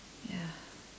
ya